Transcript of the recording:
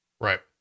Right